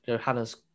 Hannah's